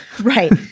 right